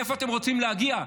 לאיפה אתם רוצים להגיע?